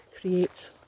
creates